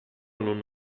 non